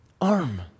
arm